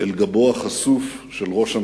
אל גבו החשוף של ראש הממשלה.